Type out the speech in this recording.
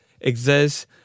exist